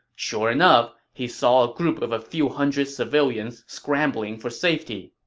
sure enough, he saw a group of a few hundred civilians scrambling for safety.